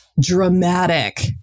dramatic